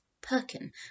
Perkin